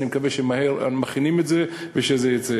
אנחנו מכינים את זה ואני מקווה שזה יצא.